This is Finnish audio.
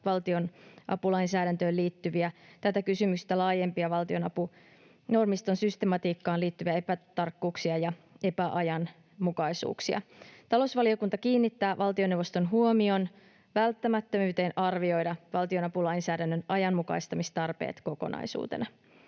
valtionapulainsäädäntöön liittyviä tätä kysymystä laajempia valtionapunormiston systematiikkaan liittyviä epätarkkuuksia ja epäajanmukaisuuksia. Talousvaliokunta kiinnittää valtioneuvoston huomion välttämättömyyteen arvioida valtionapulainsäädännön ajanmukaistamistarpeet kokonaisuutena.